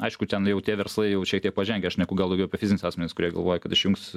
aišku ten jau tie verslai jau šiek tiek pažengę aš šneku gal daugiau apie fizinius asmenis kurie galvoja kad išjungs